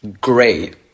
great